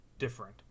different